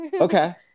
Okay